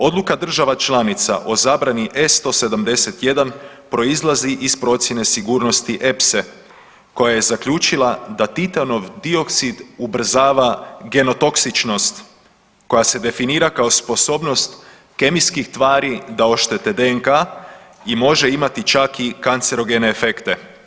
Odluka država članica o zabrani E-171 proizlazi iz procjene sigurnosti EPSA-e koja je zaključila da titanov dioksid ubrzava genotoksičnost koja se definira kao sposobnost kemijskih tvari da oštete DNK i može imati čak i kancerogene efekte.